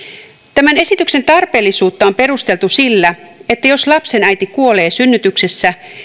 tämän esityksen tarpeellisuutta on perusteltu sillä että jos lapsen äiti kuolee synnytyksessä